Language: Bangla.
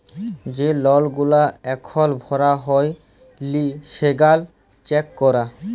যে লল গুলা এখল ভরা হ্যয় লি সেগলা চ্যাক করা